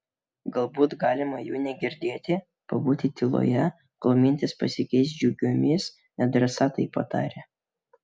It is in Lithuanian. galbūt galima jų negirdėti pabūti tyloje kol mintys pasikeis džiugiomis nedrąsa taip patarė